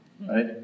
right